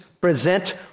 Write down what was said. present